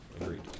Agreed